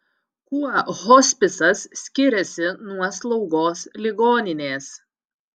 kuo hospisas skiriasi nuo slaugos ligoninės